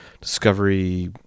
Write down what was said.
discovery